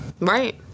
Right